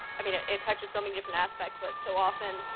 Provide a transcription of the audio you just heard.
i mean it it touches so many different aspects, but so often,